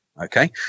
Okay